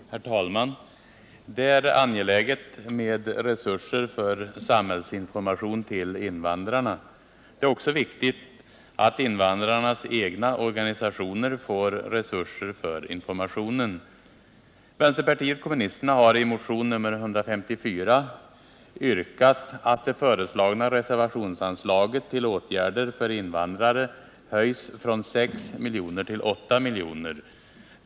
Herr talman! Det är angeläget med resurser för samhällsinformation till invandrarna. Det är också viktigt att invandrarnas egna organisationer får resurser för informationen. Vänsterpartiet kommunisterna har i motion 154 yrkat att det föreslagna reservationsanslaget till åtgärder för invandrare höjs från 6 milj.kr. till 8 milj.kr.